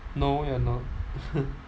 no you're not